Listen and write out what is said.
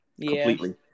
completely